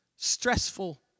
stressful